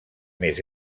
més